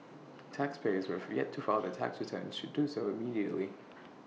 taxpayers who have yet to file their tax returns should do so immediately